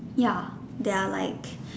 ya there are like